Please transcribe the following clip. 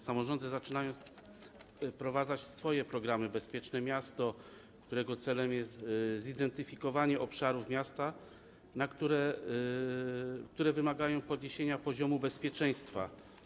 Samorządy zaczynają wprowadzać swoje programy, jak program „Bezpieczne miasta”, którego celem jest zidentyfikowanie obszarów miasta, które wymagają podniesienia poziomu bezpieczeństwa.